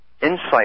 insight